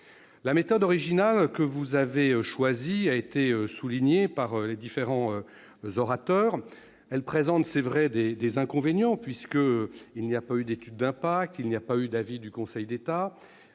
La méthode originale que vous avez choisie a été soulignée par les différents orateurs. Elle présente, il est vrai, des inconvénients, à commencer par l'absence d'étude d'impact et d'avis du Conseil d'État,